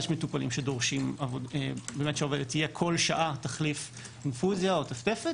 יש מטופלים שדורשים שהעובדת כל שעה תחליף אינפוזיה או טפטפת,